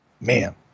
Man